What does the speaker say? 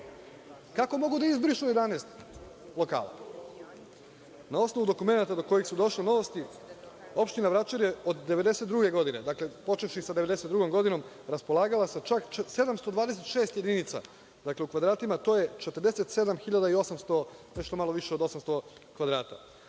Kako mogu da izbrišu 11 lokala? Na osnovu dokumenata do kojih su došle „Novosti“, opština Vračar je od 1992. godine, dakle počevši sa 1992, godinom, raspolagala sa čak 726 jedinica. Dakle, u kvadratima to je 47.800 kvadrata,